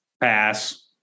Pass